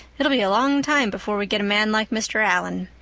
it'll be a long time before we get a man like mr. allan.